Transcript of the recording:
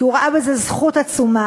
כי הוא ראה בזה זכות עצומה.